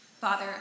Father